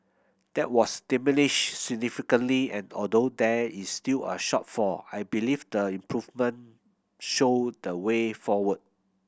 that was diminished significantly and although there is still a shortfall I believe the improvements show the way forward